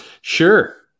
Sure